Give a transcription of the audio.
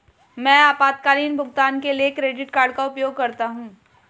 मैं आपातकालीन भुगतान के लिए क्रेडिट कार्ड का उपयोग करता हूं